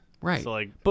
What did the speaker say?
Right